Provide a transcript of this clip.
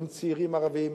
עם צעירים ערבים.